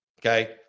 Okay